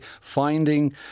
finding